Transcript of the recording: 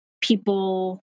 people